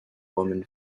woman